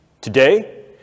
today